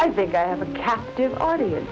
i think i have a captive audience